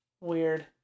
Weird